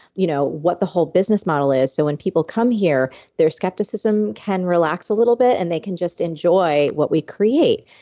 you know what the whole business model is so when people come here, their skepticism can relax a little bit and they can just enjoy what we create.